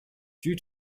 due